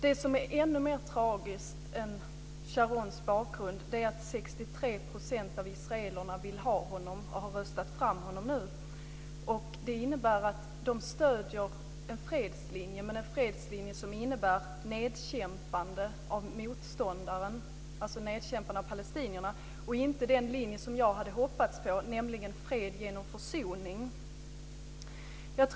Det som är ännu mer tragiskt än Sharons bakgrund är att 63 % av israelerna vill ha honom och nu har röstat fram honom. Det innebär att de stöder en fredslinje, men det är en fredslinje som innebär nedkämpande av motståndaren, dvs. av palestinierna, och inte den linje som jag hade hoppats på, nämligen fred genom försoning.